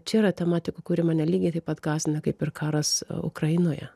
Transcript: čia yra tematika kuri mane lygiai taip pat gąsdina kaip ir karas ukrainoje